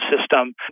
system